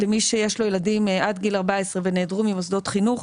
למי שיש לו ילדים על גיל 14 ונעדרו ממוסדות חינוך.